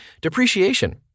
Depreciation